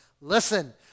listen